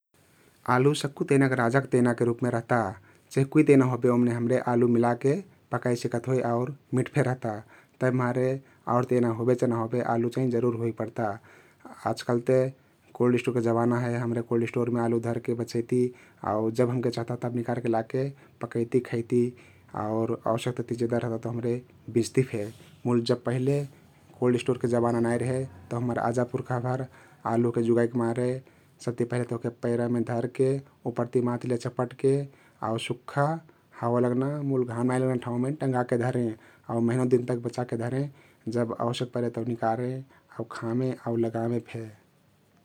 आलु सक्कु तेनक राजक तेनाक रुपमे रहता । चहे कुइ तेना होबे ओमने हमरे आलु मिलाके पकाइ सिक्त होइ आउ मिठ फे रहता । तभिमारे आउर तेना होबे चहे न होबे आलु चाहिं जरुर होइक पर्ता । आजकाल ते कोल्ड स्टोरके जमाना हे, हमरे कोल्ड स्टोरमे आलु धरके बचैती आउ जब हमके चहता तब निकारके लाके पकैती खैती आउर अवश्यकताति जेदा रहताते बिच्ति फे । मुल पहिले जब कोल्ड स्टोरके जमाना नाई रहे तब हम्मर आजा पुर्खाभर आलु ओहके जुगाइक मारे सबति पहिलेत ओहके पैरामे धरके उप्परती माटी लैके चपटके आउ सुख्खा हवा लग्ना मुल घाम नाई लग्ना ठाउँमे टँगाके धरें आउ महिनौं दिन तक बचाके धरें । जब अश्यक परे तउ निकारें आउ खमें आउ लागामे फे ।